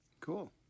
Cool